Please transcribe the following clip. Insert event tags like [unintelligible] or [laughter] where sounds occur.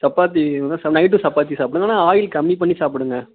சப்பாத்தி [unintelligible] நைட்டும் சப்பாத்தி சாப்பிடுங்க ஆனால் ஆயில் கம்மி பண்ணி சாப்பிடுங்க